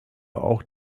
auch